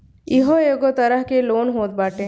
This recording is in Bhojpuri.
इहो एगो तरह के लोन होत बाटे